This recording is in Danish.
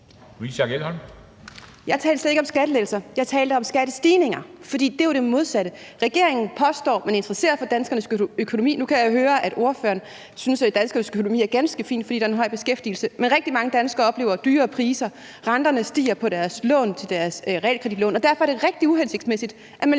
Jeg talte slet ikke om skattelettelser. Jeg talte om skattestigninger. Det er jo det modsatte. Regeringen påstår, at den interesserer sig for danskernes økonomi. Nu kan jeg høre, at ordføreren synes, at danskernes økonomi er ganske fin, fordi der er en høj beskæftigelse. Men rigtig mange danskere oplever højere priser, og at renterne stiger på deres realkreditlån. Derfor er det rigtig uhensigtsmæssigt, at man øger